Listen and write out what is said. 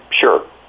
Sure